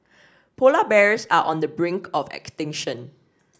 polar bears are on the brink of extinction